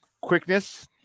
quickness